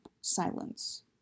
silence